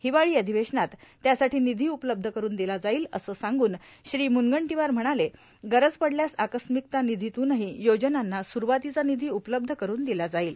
हिवाळी अधिवेशनात त्यासाठी निधी उपलब्ध करून दिला जाईल असं सांगून श्री मुनंगटीवार म्हणाले गरज पडल्यास आकस्मिकता निधीतूनही योजनांना सुरूवातीचा निधी उपलब्ध करून दिला जाईल